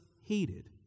hated